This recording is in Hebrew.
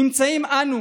נמצאים אנו